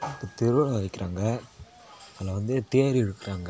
இப்போ திருவிழா வைக்கிறாங்க அதில் வந்து தேர் இழுக்கிறாங்க